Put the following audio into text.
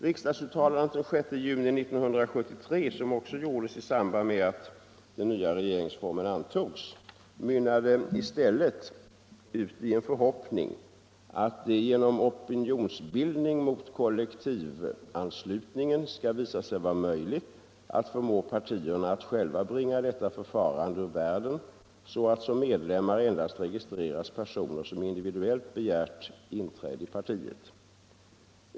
Riksdagsuttalandet den 6 juni 1973, som också gjordes i samband med att den nya regeringsformen antogs, mynnade i stället ut i en förhoppning ”att det genom opinionsbildning mot kollektivanslutningen skall visa sig vara möjligt att förmå partierna att själva bringa detta förfarande ur världen, så att som medlemmar endast registreras personer, som individuellt begärt inträde i partiet”.